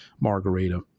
margarita